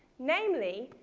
namely,